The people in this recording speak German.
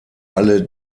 alle